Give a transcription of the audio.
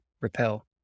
repel